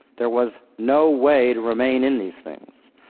there was no way to remain in these things.